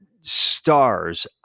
stars